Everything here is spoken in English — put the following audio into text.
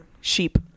sheep